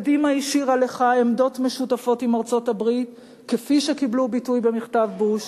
קדימה השאירה לך עמדות משותפות עם ארצות-הברית שקיבלו ביטוי במכתב בוש.